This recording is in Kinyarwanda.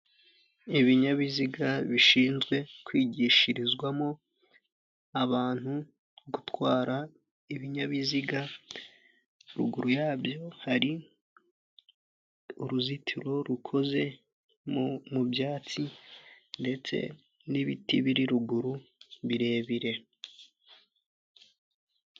Ibinyabiziga bishinzwe kwigishirizwamo abantu gutwara ibinyabiziga, haruguru yabyo hari uruzitiro rukoze mu byatsi ndetse n'ibiti biri ruguru birebire.